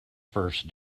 first